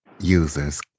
users